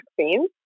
vaccines